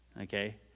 Okay